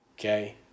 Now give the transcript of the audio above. Okay